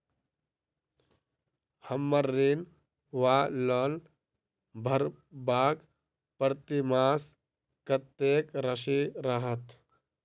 हम्मर ऋण वा लोन भरबाक प्रतिमास कत्तेक राशि रहत?